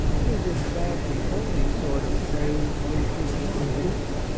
it is, in fact, the only sort of praise which does not injure,